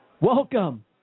Welcome